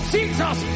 Jesus